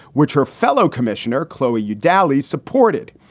which her fellow commissioner, chloe, you dallies supported.